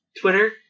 Twitter